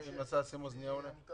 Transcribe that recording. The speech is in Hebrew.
אני עמית